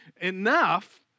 enough